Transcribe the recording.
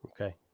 Okay